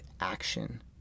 action